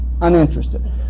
uninterested